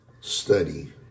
study